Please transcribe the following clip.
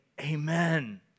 amen